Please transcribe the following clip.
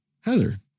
Heather